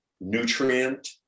nutrient